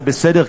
זה בסדר,